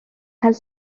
cael